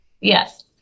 Yes